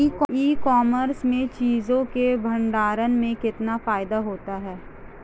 ई commerce में चीज़ों के भंडारण में कितना फायदा होता है?